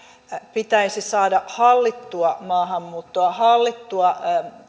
pitäisi saada hallittua maahanmuuttoa hallittua